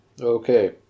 Okay